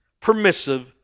permissive